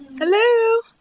hello!